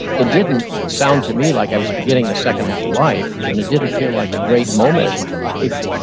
it didn't sound to me like i was beginning the second half of life, and it didn't feel like a great moment in my life.